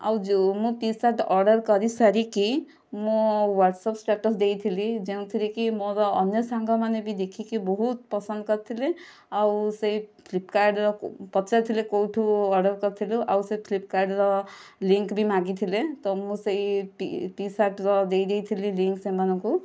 ଆଉ ଯେଉଁ ମୁଁ ଟିସାର୍ଟ ଅର୍ଡ଼ର କରିସାରିକି ମୋ ୱାଟସପ୍ ଷ୍ଟେଟସ୍ ଦେଇଥିଲି ଯେଉଁଥିରେ କି ମୋର ଅନ୍ୟ ସାଙ୍ଗମାନେ ଦେଖିକି ବହୁତ ପସନ୍ଦ କରିଥିଲେ ଆଉ ସେ ଫ୍ଲିପକାର୍ଟର ପଚାରିଥିଲେ କେଉଁଠୁ ଅର୍ଡ଼ର କରିଥିଲୁ ଆଉ ଫ୍ଲିପକାର୍ଟର ଲିଙ୍କ ବି ମାଗିଥିଲେ ତ ମୁଁ ସେହି ଟି ଟିସାର୍ଟର ଦେଇଦେଇଥିଲି ଲିଙ୍କ ସେମାନଙ୍କୁ